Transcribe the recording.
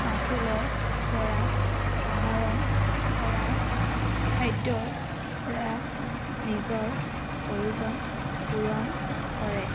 মাচুলৰ পৰা আহৰণ কৰা খাদ্যৰ পৰা নিজৰ প্ৰয়োজন পূৰণ কৰে